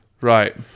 Right